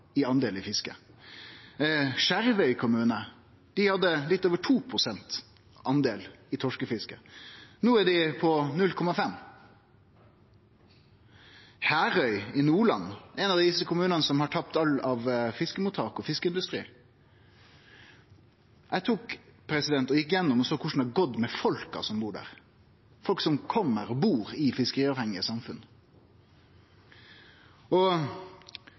i del av fisket. Skjervøy kommune hadde litt over 2 pst. del i torskefisket. No er dei på 0,5 pst. Herøy i Nordland er ein av dei kommunane som har tapt alt av fiskemottak og fiskeindustri. Eg har gått gjennom og sett på korleis det er gått med folka som bur der, folk som kjem frå og bur i fiskeriavhengige samfunn.